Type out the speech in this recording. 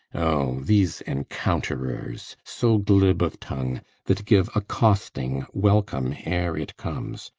o these encounters so glib of tongue that give a coasting welcome ere it comes,